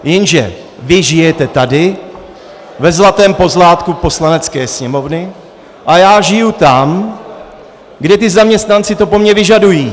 Jenže vy žijete tady, ve zlatém pozlátku Poslanecké sněmovny, a já žiju tam, kde ti zaměstnanci to po mně vyžadují.